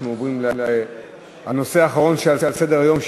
אנחנו עוברים לנושא האחרון שעל סדר-היום,